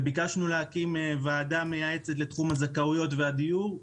ביקשנו להקים ועדה מייעצת לתחום הזכאויות והדיור.